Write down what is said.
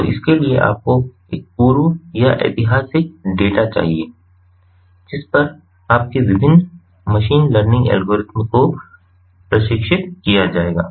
तो इसके लिए आपको एक पूर्व या ऐतिहासिक डेटा चाहिए जिस पर आपके विभिन्न मशीन लर्निंग एल्गोरिदम को प्रशिक्षित किया जाएगा